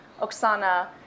Oksana